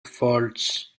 faults